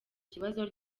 kibazo